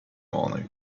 money